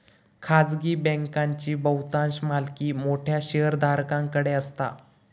खाजगी बँकांची बहुतांश मालकी मोठ्या शेयरधारकांकडे असता